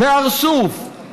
בארסוף,